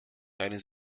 deine